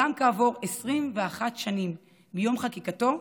גם בעבור 21 שנים מיום חקיקתו,